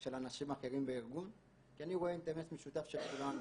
של אנשים אחרים בארגון כי אני רואה אינטרס משותף של כולנו: